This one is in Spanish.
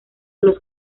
los